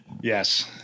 Yes